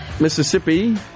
Mississippi